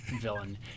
villain